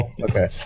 Okay